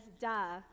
duh